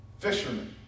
fishermen